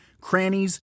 crannies